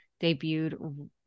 debuted